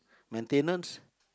maintenance